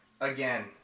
again